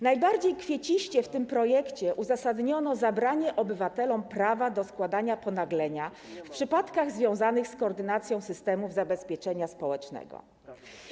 Najbardziej kwieciście w tym projekcie uzasadniono zabranie obywatelom prawa do składania ponaglenia w przypadkach związanych z koordynacją systemów zabezpieczenia społecznego.